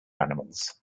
animals